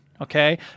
okay